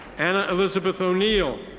anna elizaeth o'neal.